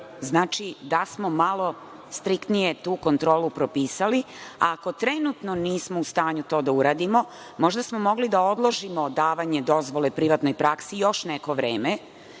znači, da smo malo striktnije tu kontrolu propisali. Ako trenutno nismo u stanju to da uradimo, možda smo mogli da odložimo davanje dozvole privatnoj praksi još neko vreme